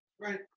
right